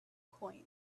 coins